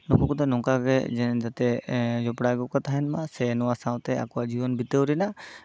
ᱱᱩᱠᱩ ᱠᱚᱫᱚ ᱱᱚᱝᱠᱟᱜᱮ ᱡᱟᱛᱮ ᱡᱚᱯᱲᱟᱣ ᱜᱮᱠᱚ ᱛᱟᱦᱮᱱ ᱢᱟ ᱥᱮ ᱱᱚᱣᱟ ᱥᱟᱶᱛᱮ ᱟᱠᱚᱣᱟᱜ ᱡᱤᱭᱚᱱ ᱵᱤᱛᱟᱹᱣ ᱨᱮᱱᱟᱜ